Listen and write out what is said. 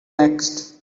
next